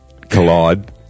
collide